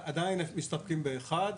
עדיין מסתפקים באחד.